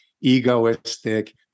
egoistic